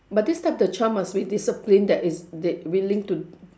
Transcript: but this time the child must be disciplined that is that willing to